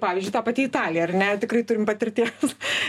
pavyzdžiui ta pati italija ar net tikrai turim patirties